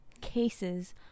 cases